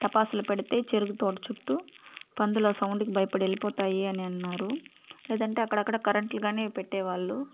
టపాసులు పెడితే చెరుకు తోట చుట్టూ పందులు ఆ సౌండ్కి భయపడి వెళ్ళిపోతాయి అని అన్నారు లేదంటే అక్కడక్కడ కరెంట్లు గానీ పెట్టే వాళ్ళు